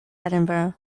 edinburgh